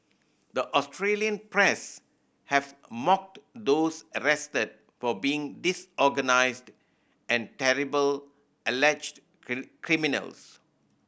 the Australian press have mocked those arrested for being disorganised and terrible alleged criminals